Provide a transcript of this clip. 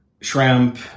shrimp